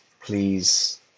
please